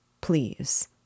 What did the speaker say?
Please